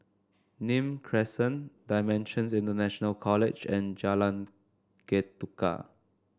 Nim Crescent Dimensions International College and Jalan Ketuka